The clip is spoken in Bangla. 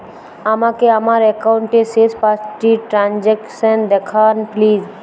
আমাকে আমার একাউন্টের শেষ পাঁচটি ট্রানজ্যাকসন দেখান প্লিজ